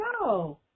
No